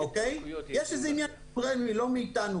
לא מולנו.